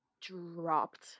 dropped